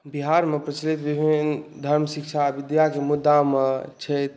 बिहारमे प्रचलित विभिन्न धर्म शिक्षा विद्याके मुद्दामे छथि